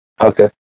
okay